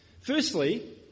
Firstly